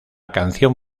canción